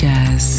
Jazz